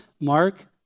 Mark